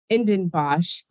Indenbosch